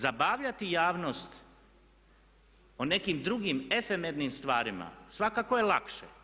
Zabavljati javnost o nekim drugim efemernim stvarima svakako je lakše.